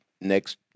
next